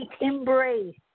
embrace